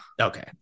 Okay